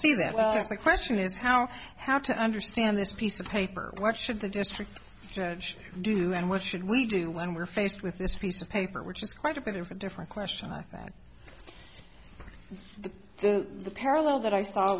as the question is how how to understand this piece of paper what should the district judge do and what should we do when we're faced with this piece of paper which is quite a bit of a different question i think that the parallel that i saw